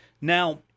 Now